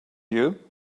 you